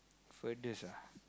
furthest ah